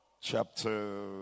chapter